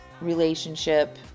relationship